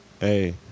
hey